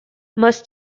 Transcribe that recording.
most